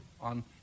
on